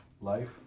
life